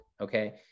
okay